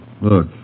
Look